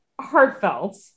heartfelt